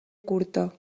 curta